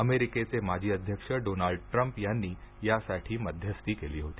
अमेरिकेचे माजी अध्यक्ष डोनाल्ड ट्रम्प यांनी यासाठी मध्यस्थी केली होती